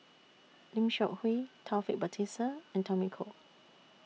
Lim Seok Hui Taufik Batisah and Tommy Koh